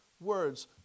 words